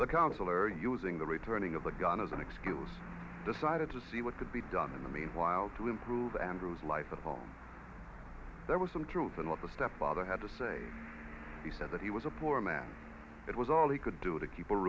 the counselor using the returning of the gun as an excuse decided to see what could be done in the meanwhile to improve andrew's life at home there were some trolls and let the step father had to say he said that he was a poor man it was all he could do to keep a